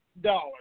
dollars